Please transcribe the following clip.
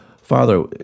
Father